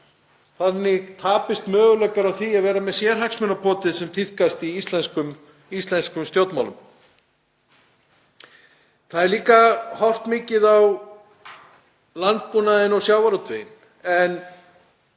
þannig tapist möguleikar á því að vera með sérhagsmunapotið sem tíðkast í íslenskum stjórnmálum. Það er líka horft mikið á landbúnaðinn og sjávarútveginn